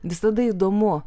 visada įdomu